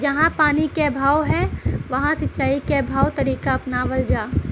जहाँ पानी क अभाव ह वहां सिंचाई क कवन तरीका अपनावल जा?